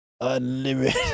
Unlimited